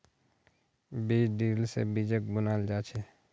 बीज ड्रिल से बीजक बुनाल जा छे